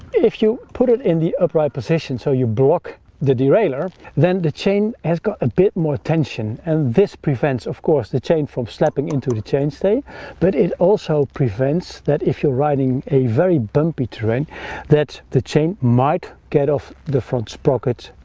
if you put it in the upright position so you block the derailleur then the chain has got a bit more tension and this prevents of course the chain from slapping into the chainstay but it also prevents that if you're riding a very bumpy terrain that the chain might get off the front sprocket